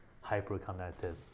hyper-connected